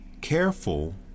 careful